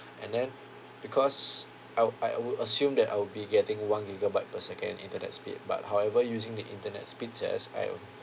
and then because I'll uh I would assume that I'll be getting one gigabyte per second internet speed but however using the internet speeds just I